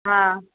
हा